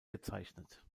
gezeichnet